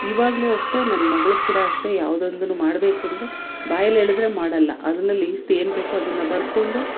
ಇವಾಗಲು ಅಷ್ಟೇ ನನ್ನ ಮಗಳು ಕೂಡ ಅಷ್ಟೇ ಯಾವ್ದೊಂದು ಮಾಡಬೇಕು ಅಂದರೆ ಬಾಯಲ್ಲಿ ಹೇಳಿದ್ರೆ ಮಾಡಲ್ಲ ಅದನ್ನು ಲೀಸ್ಟ್ ಏನು ಬೇಕೋ ಅದನ್ನು ಬರ್ಕೊಂಡು